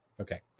Okay